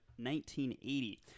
1980